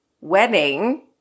wedding